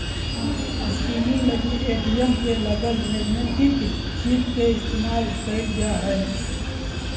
skimming लगी ATM में लगल मैग्नेटिक चिप के इस्तेमाल कइल जा हइ